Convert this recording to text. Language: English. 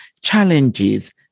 challenges